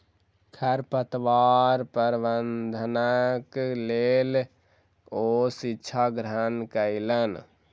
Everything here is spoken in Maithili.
खरपतवार प्रबंधनक लेल ओ शिक्षा ग्रहण कयलैन